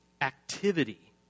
Activity